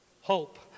Hope